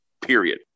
period